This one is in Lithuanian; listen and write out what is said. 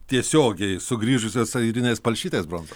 tiesiogiai sugrįžusios airinės palšytės bronza